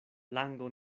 lango